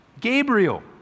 Gabriel